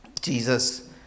Jesus